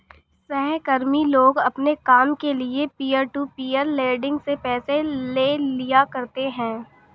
सहकर्मी लोग अपने काम के लिये पीयर टू पीयर लेंडिंग से पैसे ले लिया करते है